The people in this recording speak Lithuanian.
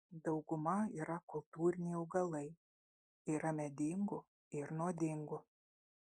dauguma yra kultūriniai augalai yra medingų ir nuodingų